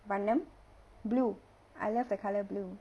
வண்ணம்:vannam blue I love the colour blue